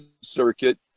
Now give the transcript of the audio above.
Circuit